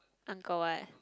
Angkor-Wat